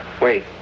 Wait